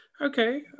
Okay